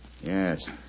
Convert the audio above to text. Yes